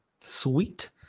sweet